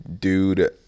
dude